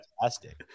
fantastic